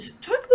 talk